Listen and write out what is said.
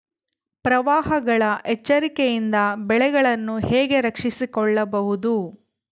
ಪ್ರವಾಹಗಳ ಎಚ್ಚರಿಕೆಯಿಂದ ಬೆಳೆಗಳನ್ನು ಹೇಗೆ ರಕ್ಷಿಸಿಕೊಳ್ಳಬಹುದು?